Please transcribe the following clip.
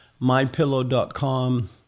MyPillow.com